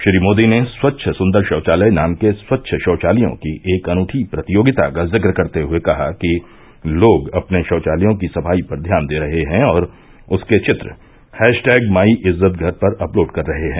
श्री मोदी ने स्वच्छ सुंदर शौचालय नाम के स्वच्छ शौचालयों की एक अनूठी प्रतियोगिता का जिक्र करते हए कहा कि लोग अपने शौचालयों की सफाई पर ध्यान दे रहे हैं और उसके चित्र हैशटैग माईइज्ज्तघर पर अपलोड कर रहे हैं